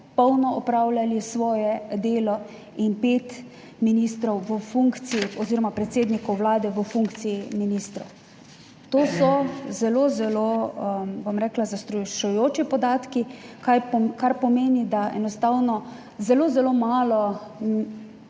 polno opravljali svoje delo in pet ministrov v funkciji oz. predsednikov Vlade v funkciji ministrov. To so zelo zelo, bom rekla, zastrašujoči podatki, kar pomeni, da enostavno zelo zelo malo